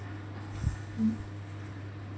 mm